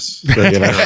Yes